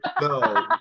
No